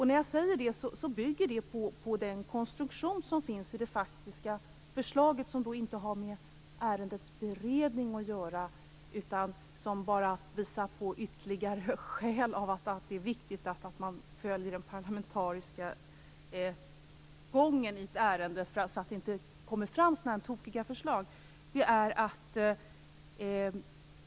När jag säger det bygger det på den konstruktion som finns i det faktiska förslaget, som inte har med ärendets beredning att göra utan bara visar på ytterligare skäl för att det är viktigt att följa den parlamentariska gången i ett ärende, så att det inte kommer fram så här tokiga förslag.